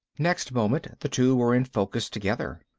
next moment the two were in focus together.